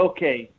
Okay